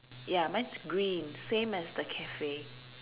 ya mine's green same as the cafe